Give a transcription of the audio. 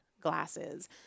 glasses